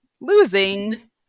losing